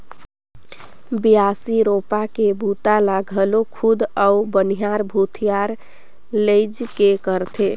बियासी, रोपा के बूता ल घलो खुद अउ बनिहार भूथिहार लेइज के करथे